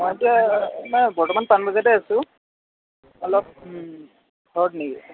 মইতো মই বৰ্তমান পানবজাৰতে আছোঁ অলপ ঘৰত নেকি